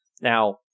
Now